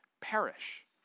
perish